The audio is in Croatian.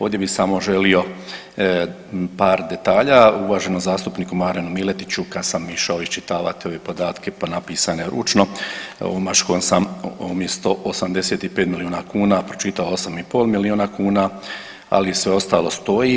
Ovdje bi samo želio par detalja, uvaženom zastupniku Marinu Miletiću kad sam išao iščitavat ove podatke, pa napisane ručno, omaškom sam umjesto 85 milijuna kuna pročitao 8,5 milijuna kuna, ali sve ostalo stoji.